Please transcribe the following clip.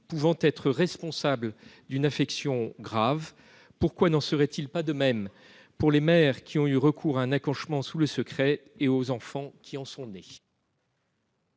pouvant être responsable d'une infection grave. Pourquoi n'en serait-il pas de même pour les mères qui ont eu recours à un accouchement sous le secret et aux enfants qui en sont nés ?